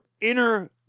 inner